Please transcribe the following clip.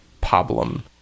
problem